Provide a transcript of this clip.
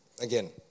again